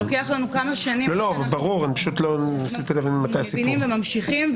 לוקח לנו כמה שנים עד שאנחנו מבינים וממשיכים,